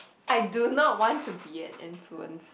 I do not want to be an influencer